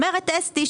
אומרת אסתי,